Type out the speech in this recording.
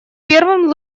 первым